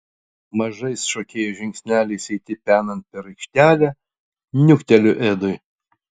mažais šokėjos žingsneliais jai tipenant per aikštelę niukteliu edui